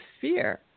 fear